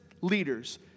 leaders